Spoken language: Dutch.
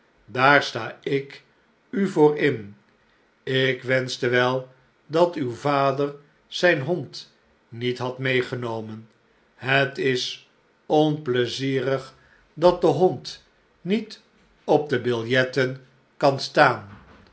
daar sta ik u voor in ik wenschte wel dat uw vader zijn hond niet had meegenomen het is onpieizierig dat de hond niet op de biljetten kan staan